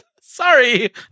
Sorry